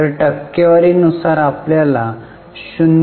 तर टक्केवारी नुसार आपल्याला 0